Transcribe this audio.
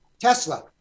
Tesla